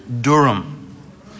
Durham